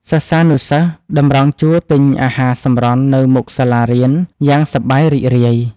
សិស្សានុសិស្សតម្រង់ជួរទិញអាហារសម្រន់នៅមុខសាលារៀន យ៉ាងសប្បាយរីករាយ។